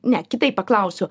ne kitaip paklausiu